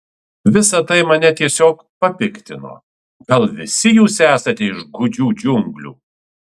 visa tai mane tiesiog papiktino gal visi jūs esate iš gūdžių džiunglių